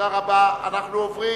אין נמנעים.